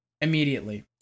immediately